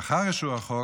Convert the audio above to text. לאחר אישור החוק,